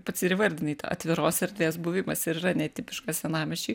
pats ir vardinai tą atviros erdvės buvimas ir yra netipiškas senamiesčiui